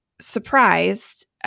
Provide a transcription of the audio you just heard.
surprised